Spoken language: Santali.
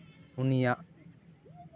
ᱩᱱᱤᱭᱟᱜ